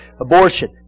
Abortion